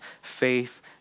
faith